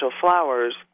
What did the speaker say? flowers